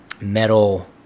metal